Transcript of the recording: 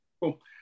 Cool